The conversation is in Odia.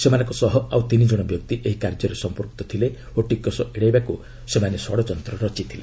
ସେମାନଙ୍କ ସହ ଆଉ ତିନି ଜଣ ବ୍ୟକ୍ତି ଏହି କାର୍ଯ୍ୟରେ ସମ୍ପୁକ୍ତ ଥିଲେ ଓ ଟିକସ ଏଡାଇବାକୁ ସେମାନେ ଷଡ଼ଯନ୍ତ ରଚିଥିଲେ